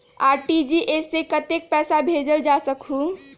RTGS से कतेक पैसा भेजल जा सकहु???